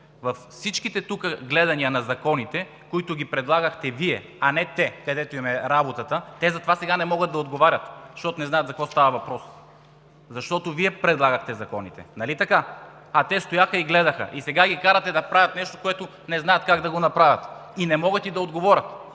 във всички тук гледания на законите, които предлагахте Вие, а не те – където им е работата, те затова сега не могат да отговарят, защото не знаят за какво става въпрос. Защото Вие предлагахте законите. Нали така? А те стояха и гледаха, а сега ги карате да правят нещо, което не знаят как да направят, и не могат и да отговорят.